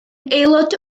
aelod